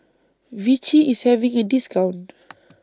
Vichy IS having A discount